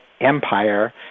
empire